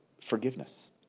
forgiveness